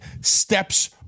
steps